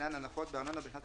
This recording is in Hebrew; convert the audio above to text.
שעניינן הנחות בארנונה בשנת